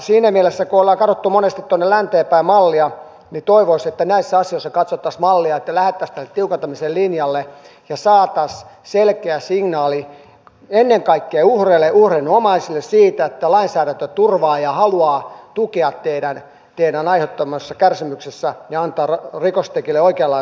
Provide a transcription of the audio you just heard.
siinä mielessä kun ollaan katsottu monesti tuolta lännestä päin mallia toivoisi että näissä asioissa katsottaisiin mallia että lähdettäisiin tälle tiukentamisen linjalle ja saataisiin selkeä signaali ennen kaikkea uhreille ja uhrien omaisille siitä että lainsäädäntö turvaa ja haluaa tukea heille aiheutuneissa kärsimyksissä ja antaa rikoksentekijöille oikeanlaatuisen tuomion